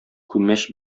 күмәч